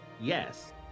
yes